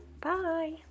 Bye